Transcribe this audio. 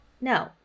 no